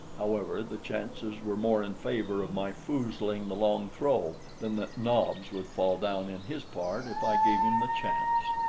however, the chances were more in favor of my foozling the long throw than that nobs would fall down in his part if i gave him the chance.